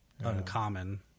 uncommon